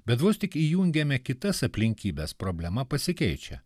bet vos tik įjungiame kitas aplinkybes problema pasikeičia